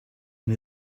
and